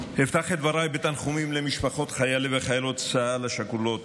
אפתח את דבריי בתנחומים למשפחות חיילי וחיילות צה"ל השכולות